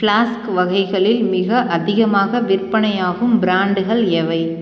flask வகைகளில் மிக அதிகமாக விற்பனையாகும் பிராண்டுகள் எவை